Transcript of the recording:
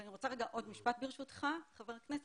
ואני רוצה רגע עוד משפט, ברשותך, חבר הכנסת.